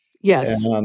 Yes